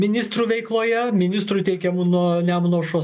ministrų veikloje ministrų teikiamų nuo nemuno aušros